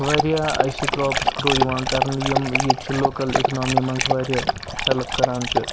واریاہ اَسہِ crops grow یِوان کَرنہٕ یِم ییٚتہِ چھِ لوکَل اِکنامی منٛز واریاہ ہٮ۪لٕپ کَران چھِ